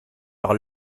par